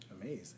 amazing